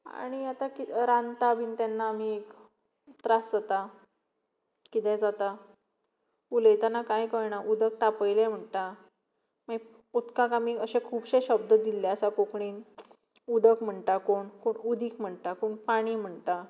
आनी आतां रांदता बीन तेन्ना आमी एक त्रास जाता कितें जाता उलयतना कांय कळना उदक तापयलें म्हणटा मागीर उदकाक आमी अशे खुबशे शब्द दिल्ले आसात कोंकणींत उदक म्हणटा कोण कोण उदीक म्हणटा कोण पाणी म्हणटा